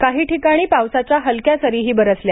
काही ठिकाणी पावसाच्या हलक्या सरीही बरसल्या